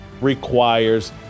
requires